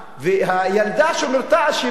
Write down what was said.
והילדה שנורתה אשמה,